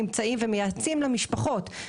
נמצאים ומייעצים למשפחות.